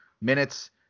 minutes